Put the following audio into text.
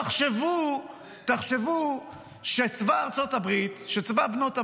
תחשבו שצבא ארצות הברית, שצבא בנות הברית,